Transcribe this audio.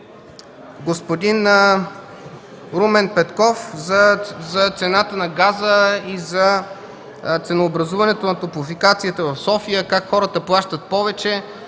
господин Румен Петков – за цената на газа и ценообразуването на топлофикацията в София, как хората плащат в повече.